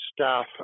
staff